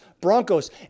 Broncos